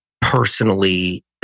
personally